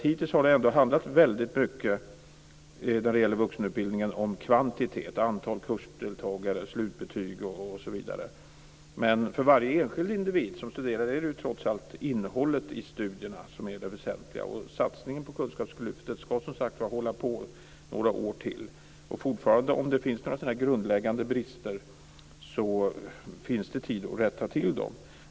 Hittills har det handlat väldigt mycket om kvantitet när det gäller vuxenutbildningen. Det har handlat om antal kursdeltagare, slutbetyg osv. Men för varje enskild som studerar är det trots allt innehållet i studierna som är det väsentliga. Satsningen på kunskapslyftet skall som sagt var hålla på några år till. Om det finns några grundläggande brister finns det fortfarande tid att rätta till dem.